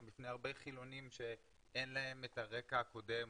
גם בפני חילונים שאין להם את הרקע הקודם,